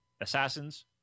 Assassins